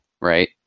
right